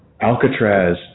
Alcatraz